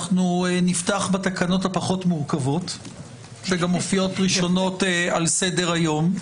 אנחנו נפתח בתקנות הפחות מורכבות וגם מופיעות ראשונות על סדר היום.